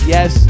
Yes